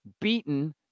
beaten